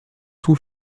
son